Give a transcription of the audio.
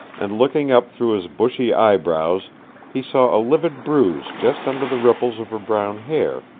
and looking up through his bushy eye-brows he saw a livid bruise just under the ripples of her brown hair,